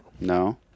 No